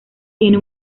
tiene